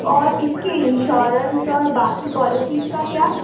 اور اس کے انشورینس اور باقی پالیسیز کا کیا